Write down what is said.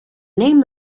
name